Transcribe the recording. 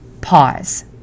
pause